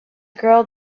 girl